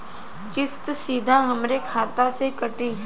किस्त सीधा हमरे खाता से कटी?